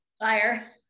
fire